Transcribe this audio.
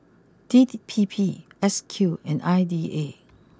D P P S Q and I D A